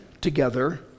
together